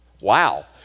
Wow